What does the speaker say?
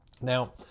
Now